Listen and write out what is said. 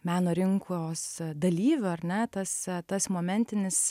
meno rinkos dalyviu ar ne tas tas momentinis